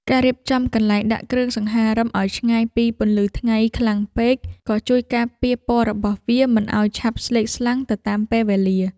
ការរៀបចំកន្លែងដាក់គ្រឿងសង្ហារឹមឱ្យឆ្ងាយពីពន្លឺថ្ងៃខ្លាំងពេក ក៏ជួយការពារពណ៌របស់វាមិនឱ្យឆាប់ស្លេកស្លាំងទៅតាមពេលវេលា។